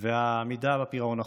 והעמידה בפירעון החודשי.